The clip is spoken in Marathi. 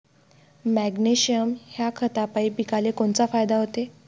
मॅग्नेशयम ह्या खतापायी पिकाले कोनचा फायदा होते?